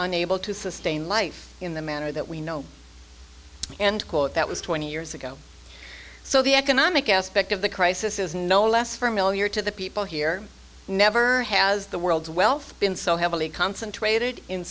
unable to sustain life in the manner that we know and call it that was twenty years ago so the economic aspect of the crisis is no less familiar to the people here never has the world's wealth been so heavily concentrated in